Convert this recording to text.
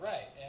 Right